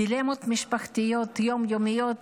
דילמות של משפחתיות יום-יומיות